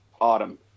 autumn